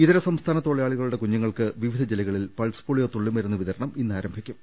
ഇതര സംസ്ഥാന തൊഴിലാളികളുടെ കുഞ്ഞുങ്ങൾക്ക് വിവിധ ജില്ലകളിൽ പൾസ് പോളിയോ തുള്ളിമരുന്ന് വിതരണം ഇന്ന് ആരം ഭിക്കും